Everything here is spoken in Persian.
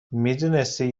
میدونستید